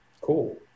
cool